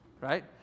right